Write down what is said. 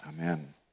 Amen